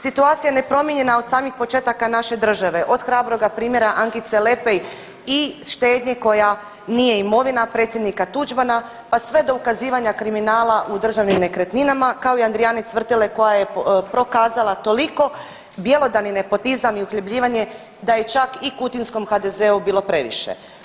Situacija je nepromijenjena od samih početaka naše države, od hrabroga primjera Ankice Lepej i štednje koja nije imovina predsjednika Tuđmana, pa sve do ukazivanja kriminala u državnim nekretninama kao i Andrijane Cvrtile koja je prokazala toliko bjelodani nepotizam i uhljebljivanje da je čak i kutinskom HDZ-u bilo previše.